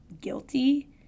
guilty